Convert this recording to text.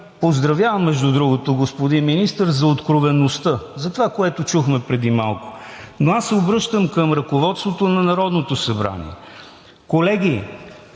поздравявам, между другото, господин Министър, за откровеността, за това, което чухме преди малко. Но аз се обръщам към ръководството на Народното събрание: колеги,